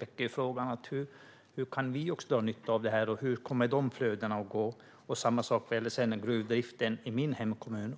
väcker frågan hur vi kan dra nytta av det här och hur de flödena kommer att gå. Samma sak gäller gruvdriften i min hemkommun.